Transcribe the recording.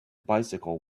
bicycle